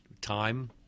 Time